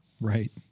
Right